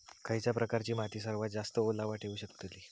खयच्या प्रकारची माती सर्वात जास्त ओलावा ठेवू शकतली?